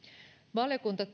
valiokunta